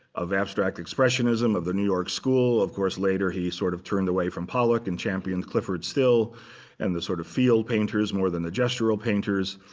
of abstract expressionism, of the new york school. of course, later, he sort of turned away from pollock and champion clyfford still and the sort of field painters more than the gestural painters.